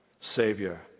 Savior